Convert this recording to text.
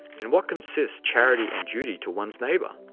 in what consist charity and duty to one's neighbour?